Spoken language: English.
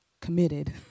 committed